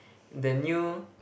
the new